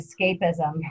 escapism